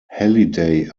halliday